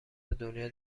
دنیا